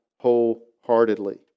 wholeheartedly